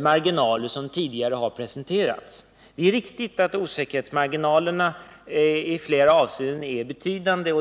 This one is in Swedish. marginaler som tidigare har presenterats. Det är riktigt att osäkerhetsmarginalerna i flera avseenden är betydande.